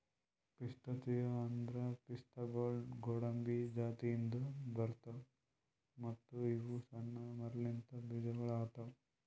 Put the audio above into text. pistachio ಅಂದುರ್ ಪಿಸ್ತಾಗೊಳ್ ಗೋಡಂಬಿ ಜಾತಿದಿಂದ್ ಬರ್ತಾವ್ ಮತ್ತ ಇವು ಸಣ್ಣ ಮರಲಿಂತ್ ಬೀಜಗೊಳ್ ಆತವ್